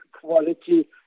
quality